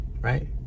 right